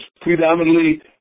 predominantly